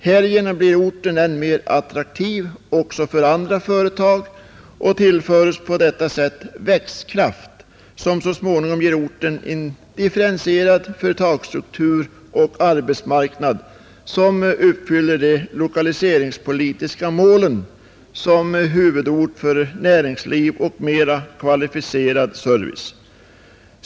Härigenom blir orten också mera attraktiv för andra företag och tillföres på det sättet växtkraft, som så småningom ger orten en differentierad företagsstruktur och arbetsmarknad som uppfyller den lokaliseringspolitiska målsättning som man har för en huvudort för näringsliv och kvalificerad service.